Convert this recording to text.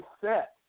set